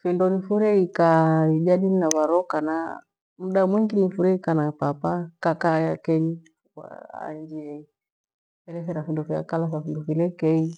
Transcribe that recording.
Findo nifurie iikaa ijadili na varoo kana, mda mwingi nifurie iikaa na papa kakaaye kenyi anjielehera hindo hya kara hindo hile kei,